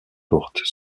portes